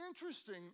interesting